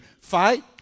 fight